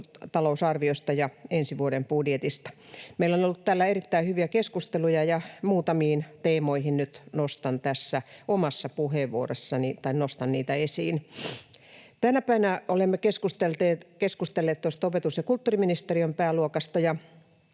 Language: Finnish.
talousarviosta ja ensi vuoden budjetista. Meillä on ollut täällä erittäin hyviä keskusteluja, ja muutamia teemoja nyt nostan tässä omassa puheenvuorossani esiin. Tänä päivänä olemme keskustelleet opetus- ja kulttuuriministeriön pääluokasta ja